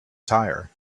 tire